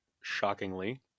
shockingly